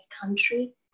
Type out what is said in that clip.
country